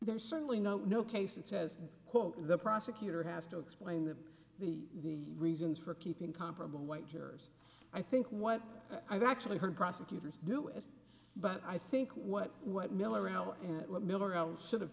there's certainly no no case it says quote the prosecutor has to explain the the reasons for keeping comparable white jurors i think what i've actually heard prosecutors do it but i think what what